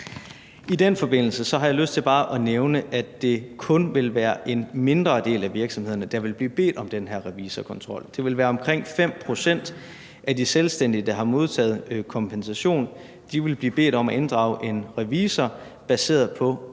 I den forbindelse har jeg lyst til bare at nævne, at det kun vil være en mindre del af virksomhederne, der vil blive bedt om den her revisorkontrol. Det vil være omkring 5 pct. af de selvstændige, der har modtaget kompensation, som vil blive bedt om at inddrage en revisor, i øvrigt baseret